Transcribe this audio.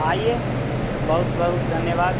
आइए बहुत बहुत धन्यवाद